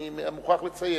אני מוכרח לציין.